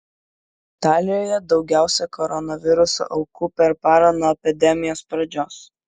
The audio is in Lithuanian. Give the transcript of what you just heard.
italijoje daugiausiai koronaviruso aukų per parą nuo epidemijos pradžios